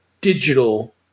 digital